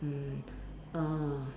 mm ah